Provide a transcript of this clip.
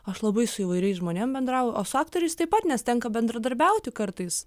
aš labai su įvairiais žmonėm bendrauju o su aktoriais taip pat nes tenka bendradarbiauti kartais